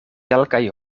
kelkaj